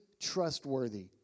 trustworthy